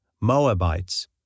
Moabites